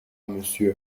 monsieur